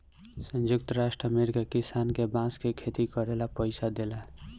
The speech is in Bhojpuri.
संयुक्त राज्य अमेरिका किसान के बांस के खेती करे ला पइसा देला